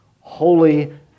holy